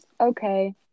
okay